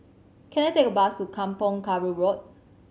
can I take a bus to Kampong Kayu Road